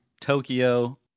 Tokyo